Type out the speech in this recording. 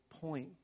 point